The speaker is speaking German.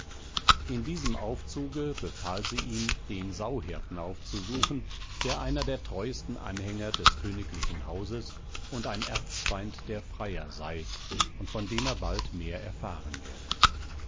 in diesem aufzuge befahl sie ihm den sauhirten aufzusuchen der einer der treuesten anhänger des königlichen hauses und ein erzfeind der freier sei und von dem er bald mehr erfahren werde